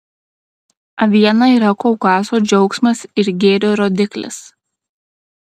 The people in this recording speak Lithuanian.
aviena yra kaukazo džiaugsmas ir gėrio rodiklis